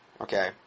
okay